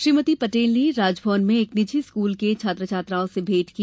श्रीमती पटेल ने राजभवन में एक निजी स्कूल के छात्र छात्राओं से भेंट की